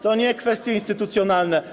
To nie kwestie instytucjonalne.